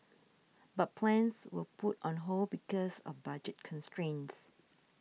but plans were put on hold because of budget constraints